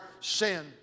sin